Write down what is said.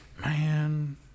Man